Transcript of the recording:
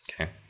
okay